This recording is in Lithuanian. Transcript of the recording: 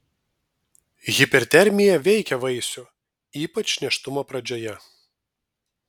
hipertermija veikia vaisių ypač nėštumo pradžioje